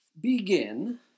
begin